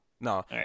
No